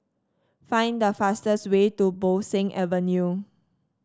find the fastest way to Bo Seng Avenue